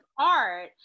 art